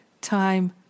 time